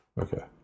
Okay